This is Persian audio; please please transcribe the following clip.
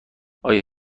آیا